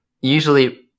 Usually